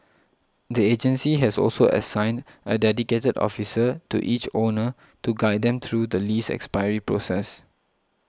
the agency has also assigned a dedicated officer to each owner to guide them through the lease expiry process